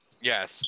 Yes